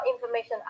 information